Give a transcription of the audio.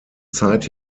zeit